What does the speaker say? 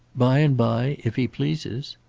by and bye if he pleases.